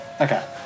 Okay